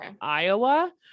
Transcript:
Iowa